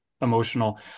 emotional